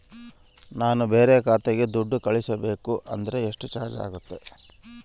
ನಾನು ಬೇರೆ ಖಾತೆಗೆ ದುಡ್ಡು ಕಳಿಸಬೇಕು ಅಂದ್ರ ಎಷ್ಟು ಚಾರ್ಜ್ ಆಗುತ್ತೆ?